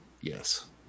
Yes